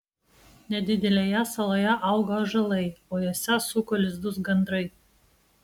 nedidelėje saloje augo ąžuolai o juose suko lizdus gandrai